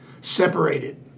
separated